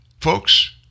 Folks